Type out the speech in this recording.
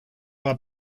con